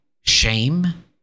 shame